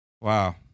Wow